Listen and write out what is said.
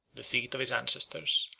the seat of his ancestors,